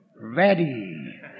ready